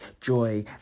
joy